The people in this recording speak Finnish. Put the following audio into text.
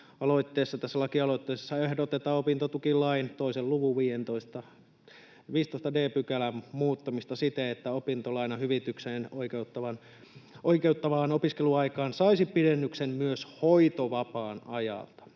tässä lakialoitteessa ehdotetaan opintotukilain 2 luvun 15 d §:n muuttamista siten, että opintolainahyvitykseen oikeuttavaan opiskeluaikaan saisi pidennyksen myös hoitovapaan ajalta.